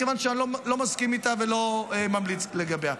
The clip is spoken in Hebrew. מכיוון שאני לא מסכים איתה ולא ממליץ לגביה.